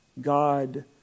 God